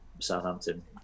Southampton